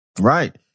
Right